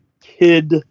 kid